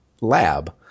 lab